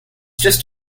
just